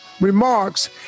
remarks